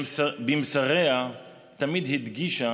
במסריה היא תמיד הדגישה